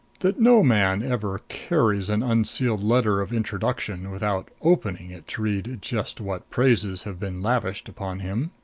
that no man ever carries an unsealed letter of introduction without opening it to read just what praises have been lavished upon him.